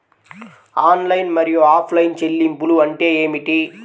Online మరియు offline చెల్లింపులు అంటే ఏమిటి?